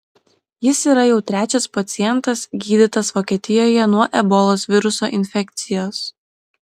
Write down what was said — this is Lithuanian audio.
jis yra jau trečias pacientas gydytas vokietijoje nuo ebolos viruso infekcijos